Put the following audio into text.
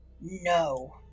No